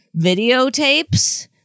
videotapes